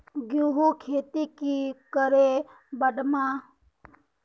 गेंहू खेती की करे बढ़ाम?